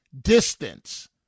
distance